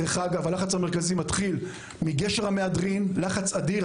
הלחץ המרכזי מתחיל מגשר המהדרין, לחץ אדיר.